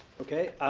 okay.